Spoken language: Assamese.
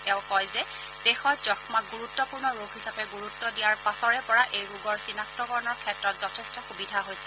তেওঁ কয় যে দেশত যক্ষ্মাক গুৰুত্বপূৰ্ণ ৰোগ হিচাপে গুৰুত্ দিয়াৰ পাছৰে পৰা এই ৰোগৰ চিনাক্তকৰণৰ ক্ষেত্ৰত যথেষ্ট সুবিধা হৈছে